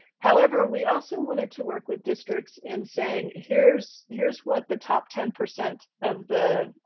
however we also wanted to work with districts in saying here's here's what the top ten percent of the